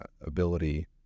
ability